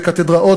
בקתדרות,